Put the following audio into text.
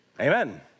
Amen